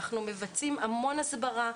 אנחנו מבצעים המון הסברה,